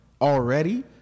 already